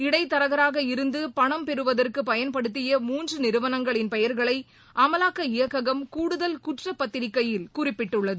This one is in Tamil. இடைத்தரகராக இருந்து பணம் பெறுவதற்கு பயன்படுத்திய மூன்று நிறுவனங்களின் பெயர்களை அமலாக்க இயக்ககம் கூடுதல் குற்றப்பத்திரிகையில் குறிப்பிட்டுள்ளது